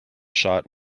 shot